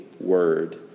word